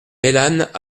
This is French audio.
mélanes